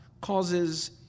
causes